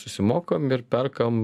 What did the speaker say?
susimokam ir perkam